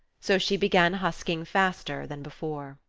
so she began husking faster than before.